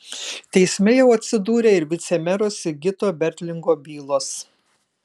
teisme jau atsidūrė ir vicemero sigito bertlingo bylos